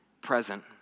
present